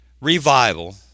revival